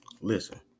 Listen